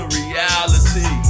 reality